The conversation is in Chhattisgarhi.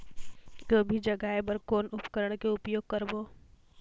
गोभी जगाय बर कौन उपकरण के उपयोग करबो?